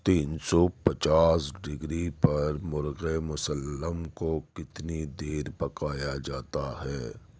تین سو پچاس ڈگری پر مرغے مسلّم کو کتنی دیر پکایا جاتا ہے